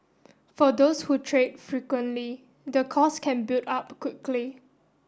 for those who trade frequently the cost can build up quickly